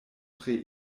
tre